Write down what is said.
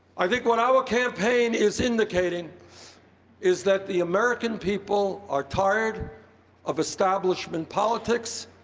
i think what our campaign is indicating is that the american people are tired of establishment politics,